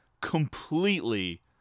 completely